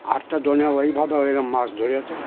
আরেকটা দোনে ওইভাবে ওরকম মাছ ধরেছে